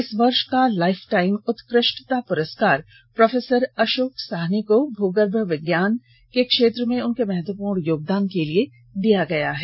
इस वर्ष का लाइफ टाइम उत्कृष्टता पुरस्कार प्रोफेसर अशोक साहनी को भूगर्भ विज्ञान के क्षेत्र में उनके महत्वपूर्ण योगदान के लिए दिया गया है